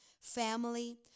family